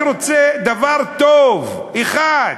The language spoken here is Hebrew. אני רוצה דבר טוב אחד,